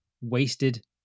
wasted